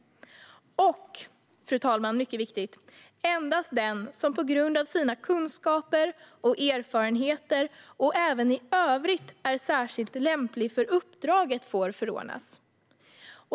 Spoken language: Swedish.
Och, fru talman, sedan kommer något som är mycket viktigt: Endast den som på grund av sina kunskaper och erfarenheter och även i övrigt är särskilt lämplig för uppdraget får förordnas.